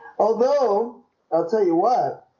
although i'll tell you what